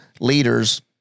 leaders